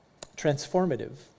transformative